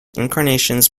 incarnations